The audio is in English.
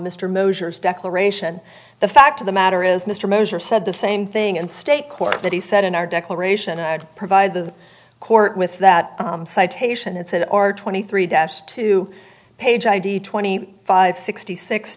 mosher declaration the fact of the matter is mr measure said the same thing in state court that he said in our declaration i'd provide the court with that citation it said or twenty three dash two page id twenty five sixty six